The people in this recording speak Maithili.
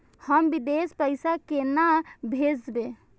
हम विदेश पैसा केना भेजबे?